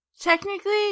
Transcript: Technically